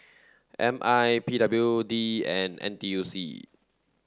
M I P W D and N T U C